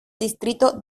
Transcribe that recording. distrito